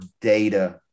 data